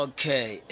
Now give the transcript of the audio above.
Okay